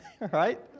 right